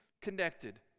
connected